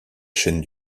chaîne